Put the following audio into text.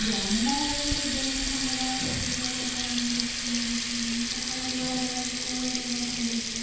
ഗ്രാമീണ മേഖലയിലെ വിദ്യാഭ്യാസ സമ്പ്രദായം മെച്ചപ്പെടുത്താൻ സർക്കാർ എന്തെങ്കിലും ചെയ്തിട്ടുണ്ടോ എന്ന് ചോദിച്ചിട്ടുണ്ടെങ്കിൽ സർക്കാർ ഒരുപാട് അതായത് സ്കൂളിലൊക്കെ ഒരുപാട് കമ്പ്യൂട്ടർ